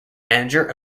manager